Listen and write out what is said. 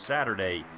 Saturday